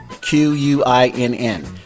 Q-U-I-N-N